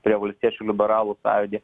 prie valstiečių liberalų sąjūdį